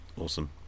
Awesome